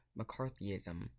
McCarthyism